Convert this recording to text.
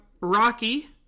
Rocky